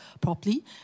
properly